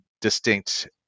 distinct